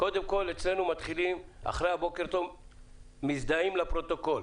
קודם כל, אחרי בוקר טוב מזדהים אצלנו לפרוטוקול.